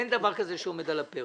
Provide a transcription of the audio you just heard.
אין דבר כזה שעומד על הפרק.